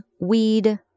weed